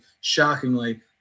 shockingly